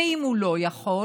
ואם הוא לא יכול,